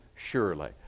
Surely